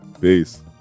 Peace